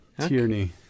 Tierney